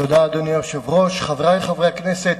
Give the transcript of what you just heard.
אדוני היושב-ראש, חברי חברי הכנסת,